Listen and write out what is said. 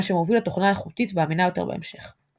מה שמוביל לתוכנה איכותית ואמינה יותר בהמשך.